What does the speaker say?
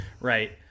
right